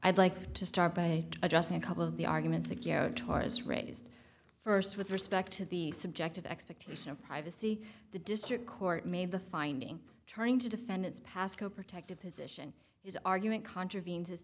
i'd like to start by just a couple of the arguments against taurus raised first with respect to the subject of expectation of privacy the district court made the finding trying to defend its pascoe protective position his argument contravene